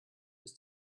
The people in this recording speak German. bis